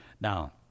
Now